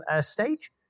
stage